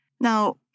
Now